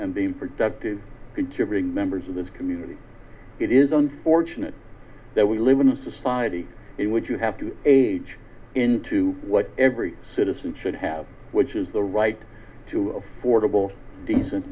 and being productive to bring members of this community it is unfortunate that we live in a society in which you have to age into what every citizen should have which is the right to affordable decent